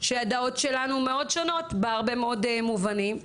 שהדעות שלנו מאוד שונות בהרבה מאוד מובנים.